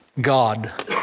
God